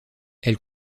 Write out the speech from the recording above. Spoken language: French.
elle